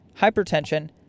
hypertension